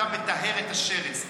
אתה מטהר את השרץ.